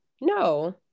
no